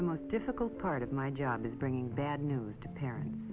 the most difficult part of my job bringing bad news to parents